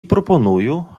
пропоную